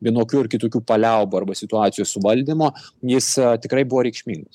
vienokių ar kitokių paliaubų arba situacijų suvaldymo jis tikrai buvo reikšmingas